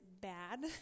bad